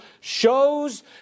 shows